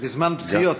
בזמן פציעות.